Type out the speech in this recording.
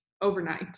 overnight